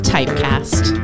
Typecast